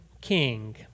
King